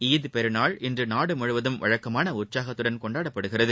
ஈத்பெருநாள் இன்று நாடு முழுவதும் வழக்கமான உற்சாகத்துடன் கொண்டாடப்படுகிறது